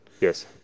Yes